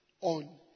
on